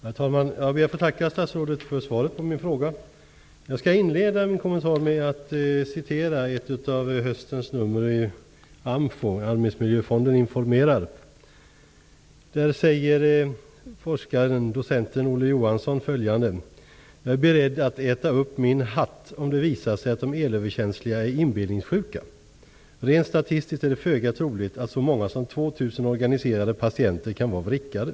Herr talman! Jag ber att få tacka statsrådet för svaret på min fråga. Jag skall inleda min kommentar med att återge ur ett av höstens nummer av AMFO-info -- Arbetsmiljöfonden informerar. Där säger forskaren och docenten Olle Johansson följande: Jag är beredd att äta upp min hatt om det visar sig att de elöverkänsliga är inbillningssjuka. Rent statistiskt är det föga troligt att så många som 2 000 organiserad patienter kan vara vrickade.